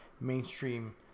mainstream